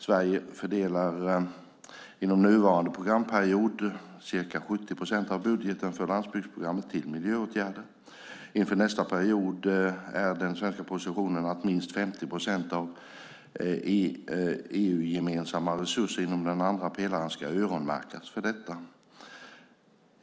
Sverige fördelar inom nuvarande programperiod ca 70 procent av budgeten för landsbygdsprogrammet till miljöåtgärder. Inför nästa period är den svenska positionen att minst 50 procent av de EU-gemensamma resurserna inom den andra pelaren ska öronmärkas för detta.